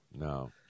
No